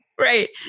Right